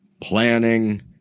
planning